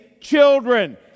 children